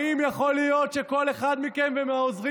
האם יכול להיות שכל אחד מכם ומהעוזרים